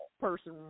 person